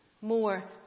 More